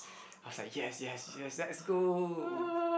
I was like yes yes yes let's go